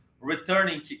returning